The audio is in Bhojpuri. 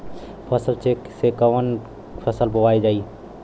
फसल चेकं से कवन फसल बोवल जाई?